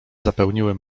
zapełniły